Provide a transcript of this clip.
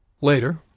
Later